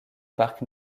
parc